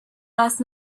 last